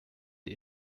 sie